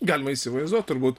galima įsivaizduot turbūt